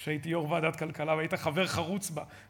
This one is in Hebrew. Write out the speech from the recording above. כשהייתי יו"ר ועדת הכלכלה והיית חבר חרוץ בה,